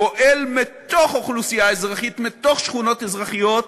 פועל מתוך אוכלוסייה אזרחית, מתוך שכונות אזרחיות,